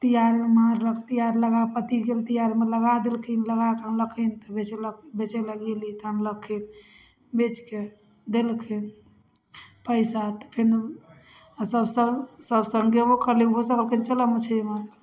तिआरमे माँड़ रख तिआर लगा पति गेल तिआरमे लगा देलखिन लगाके अनलखिन बेचलक बेचे लागी लऽ कऽ अनलखिन बेचिके देलखिन पइसा तऽ फेर ओसभ सभ सभ सभ सङ्ग गेबो करलै ओहोसभ कहलकै चलऽ मछरी मारै